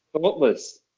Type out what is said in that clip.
thoughtless